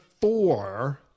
four